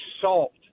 salt